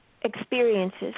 experiences